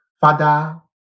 Father